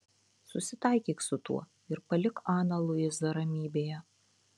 susitaikyk su tuo ir palik aną luizą ramybėje